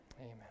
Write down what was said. Amen